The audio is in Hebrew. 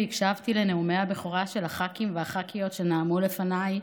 ישבתי ימים והקשבתי לנאומי הבכורה של הח"כים והח"כיות שנאמו לפניי,